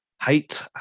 height